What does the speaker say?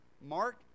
Mark